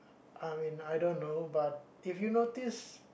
I mean I don't know but if you notice